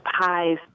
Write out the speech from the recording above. pies